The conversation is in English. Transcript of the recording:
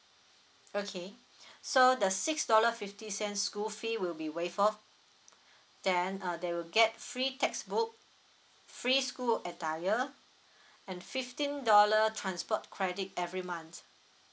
okay so the six dollar fifty cent school fee will be waived off then uh they will get free textbook free school attire and fifteen dollar transport credit every month